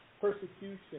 persecution